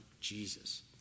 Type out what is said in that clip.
Jesus